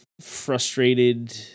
frustrated